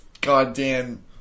goddamn